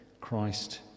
Christ